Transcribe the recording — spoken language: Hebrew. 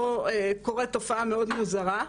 פה קורית תופעה מאוד מוזרה.